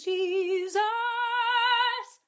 Jesus